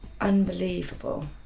unbelievable